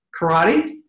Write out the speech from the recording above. karate